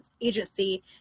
agency